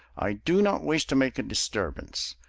i do not wish to make a disturbance,